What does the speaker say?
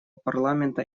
парламента